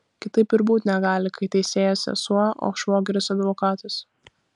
kitaip ir būti negali kai teisėja sesuo o švogeris advokatas